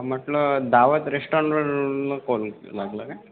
म्हटलं दावत रेस्टोरंटवर न कॉल लागला काय